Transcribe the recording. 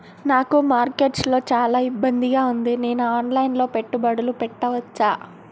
నాకు మార్కెట్స్ లో చాలా ఇబ్బందిగా ఉంది, నేను ఆన్ లైన్ లో పెట్టుబడులు పెట్టవచ్చా?